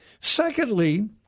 Secondly